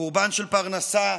חורבן של פרנסה,